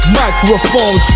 microphone